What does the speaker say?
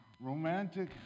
Romantic